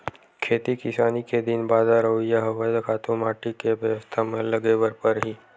खेती किसानी के दिन बादर अवइया हवय, खातू माटी के बेवस्था म लगे बर परही